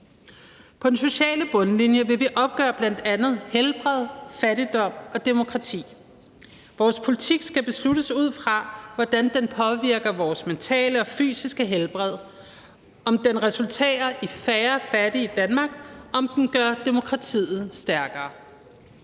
På den sociale bundlinje vil vi bl.a. opgøre helbred, fattigdom og demokrati. Vores politik skal besluttes ud fra, hvordan den påvirker vores mentale og fysiske helbred, om den resulterer i færre fattige i Danmark, og om den gør demokratiet stærkere.